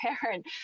parent